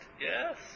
Yes